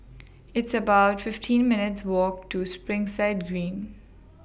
It's about fifteen minutes' Walk to Springside Green